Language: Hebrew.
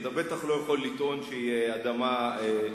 אתה בטח לא יכול לטעון שהיא אדמה פלסטינית.